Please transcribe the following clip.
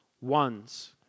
ones